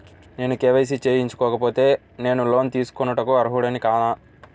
నేను కే.వై.సి చేయించుకోకపోతే నేను లోన్ తీసుకొనుటకు అర్హుడని కాదా?